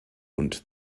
und